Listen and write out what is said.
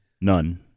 None